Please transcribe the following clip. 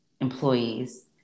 employees